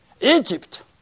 Egypt